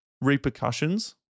repercussions